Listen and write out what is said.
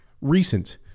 recent